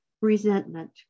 Resentment